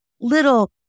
little